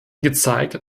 gezeigt